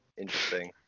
interesting